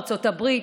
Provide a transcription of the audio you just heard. מארצות הברית,